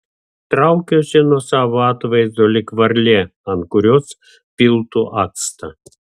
traukiuosi nuo savo atvaizdo lyg varlė ant kurios piltų actą